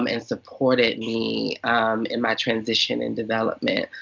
um and supported me in my transition and development.